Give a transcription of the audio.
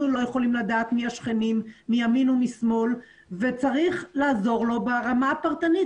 לא יכולים לדעת מי השכנים מימין ומשמאל וצריך לעזור לו ברמה הפרטנית,